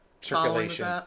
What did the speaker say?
circulation